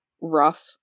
rough